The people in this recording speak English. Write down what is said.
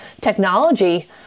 technology